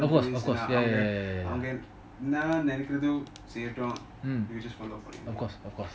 of course of course ya ya ya ya ya mmhmm of course of course